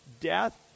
death